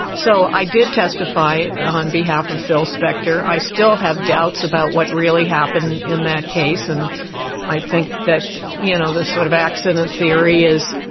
so i did testify on behalf of phil spector. i still have doubts about what really happened in that case, and i think that you know the sort of accident theory is